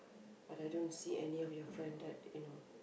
but I don't see any of your friend that you know